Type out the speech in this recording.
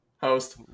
Host